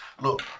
Look